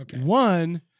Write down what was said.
One